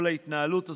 כל ההתנהלות הזאת,